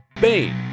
Bane